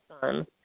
son